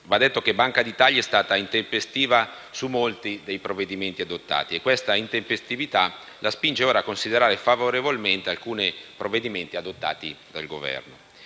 Va detto che la Banca d'Italia è stata intempestiva su molti dei provvedimenti adottati e questa intempestività la spinge ora a considerare favorevolmente alcuni provvedimenti adottati dal Governo.